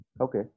Okay